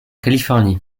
californie